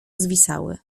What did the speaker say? zwisały